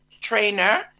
trainer